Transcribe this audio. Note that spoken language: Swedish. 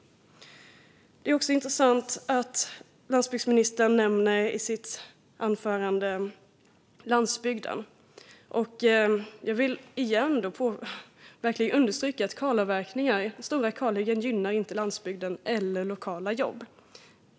Landsbygdsministern nämner landsbygden i sitt anförande. Jag vill åter verkligen understryka att kalavverkningar och stora kalhyggen inte gynnar landsbygden eller lokala jobb.